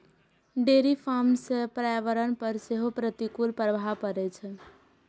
dairy farm सं पर्यावरण पर सेहो प्रतिकूल प्रभाव पड़ै छै